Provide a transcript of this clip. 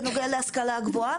בנוגע להשכלה גבוהה.